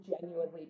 genuinely